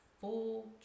full